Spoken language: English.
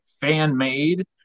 fan-made